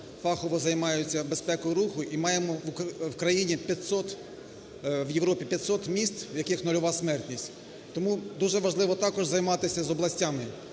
фахово займаються безпекою руху і маємо в країні 500… в Європі 500 міст, в яких нульова смертність. Тому дуже важливо також займатися з областями.